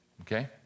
okay